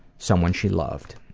someone she loved.